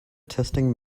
testing